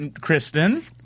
Kristen